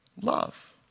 love